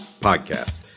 Podcast